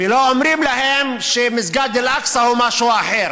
ולא אומרים להם שמסגד אל-אקצא הוא משהו אחר,